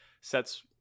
sets